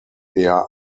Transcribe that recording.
eher